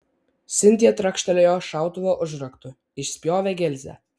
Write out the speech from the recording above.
sintija trakštelėjo šautuvo užraktu išspjovė gilzę